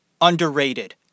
Underrated